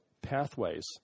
pathways